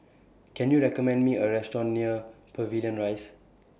Can YOU recommend Me A Restaurant near Pavilion Rise